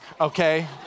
okay